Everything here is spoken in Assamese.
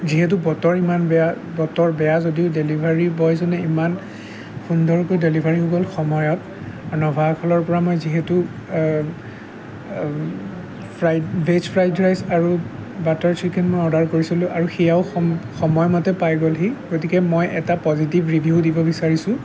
যিহেতু বতৰ ইমান বেয়া বতৰ বেয়া যদিও ডেলিভাৰী বয়জনে ইমান সুন্দৰকৈ ডেলিভাৰী হৈ গ'ল সময়ত নভা আখলৰ পৰা মই যিহেতু ফ্ৰাইড ভেজ ফ্ৰাইড ৰাইচ আৰু বাটাৰ চিকেন মই অৰ্ডাৰ কৰিছিলো আৰু সেয়াও স সময়মতে পাই গ'লহি গতিকে মই এটা পজিটিভ ৰিভিউ দিব বিচাৰিছোঁ